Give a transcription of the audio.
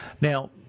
Now